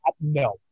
No